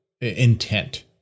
Intent